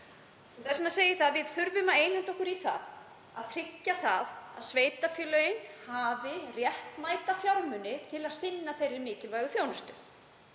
Þess vegna segi ég að við þurfum að einhenda okkur í það að tryggja að sveitarfélögin hafi réttmæta fjármuni til að sinna þeirri mikilvægu þjónustu.